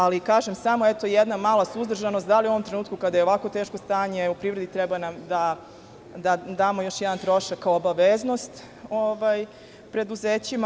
Ali, kažem, samo jedna mala suzdržanost - da li u ovom trenutku, kada je ovako teško stanje u privredi, treba da damo još jedan trošak kao obaveznost preduzećima?